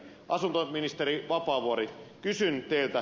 asuntoministeri vapaavuori kysyn teiltä